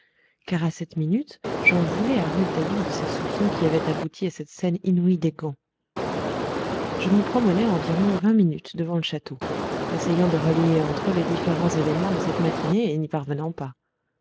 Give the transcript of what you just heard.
car à cette minute j'en voulais à rouletabille de ses soupçons qui avaient abouti à cette scène inouïe des gants je me promenai environ vingt minutes devant le château essayant de relier entre eux les différents événements de cette matinée et n'y parvenant pas